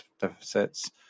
deficits